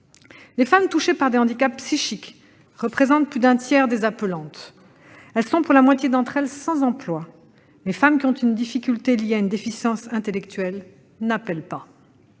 Les femmes touchées par des handicaps psychiques représentent plus d'un tiers des appelantes ; elles sont, pour la moitié d'entre elles, sans emploi. Les femmes ayant une difficulté liée à une déficience intellectuelle n'appellent pas.